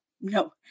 no